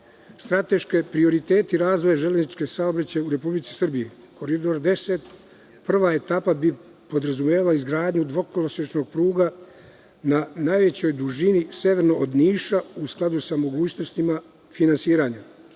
Strateški prioriteti razvoja železničkog saobraćaja u Republici Srbiji, Koridor 10, prva etapa bi podrazumevala izgradnju dvokolosečne pruge na najvećoj dužini severno od Niša, u skladu sa mogućnostima finansiranja.